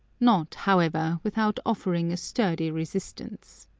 not, however, without offering a sturdy resistance.